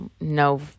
no